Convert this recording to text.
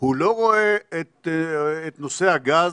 הוא לא רואה את נושא הגז,